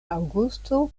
aŭgusto